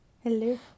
Hello